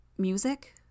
Music